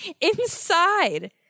inside